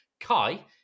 Kai